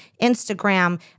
Instagram